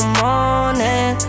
morning